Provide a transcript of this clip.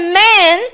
man